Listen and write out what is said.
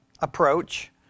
approach